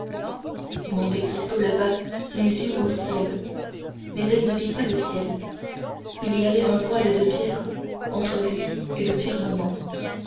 liberté monte cristo leva les yeux au ciel mais il ne vit pas le ciel il y avait un voile de pierre entre lui et le firmament